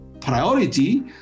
priority